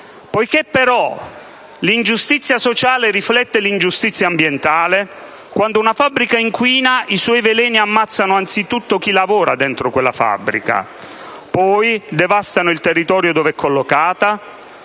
Poiché però l'ingiustizia sociale riflette l'ingiustizia ambientale, quando una fabbrica inquina, i suoi veleni ammazzano anzitutto chi lavora dentro quella fabbrica; poi devastano il territorio dove è collocata,